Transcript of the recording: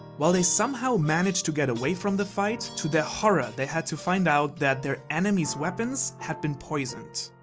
while they somehow just managed to get away from the fight, to their horror they had to find out that their enemy's weapons had been poisoned.